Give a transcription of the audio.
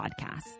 podcast